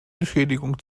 entschädigung